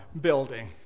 building